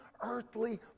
earthly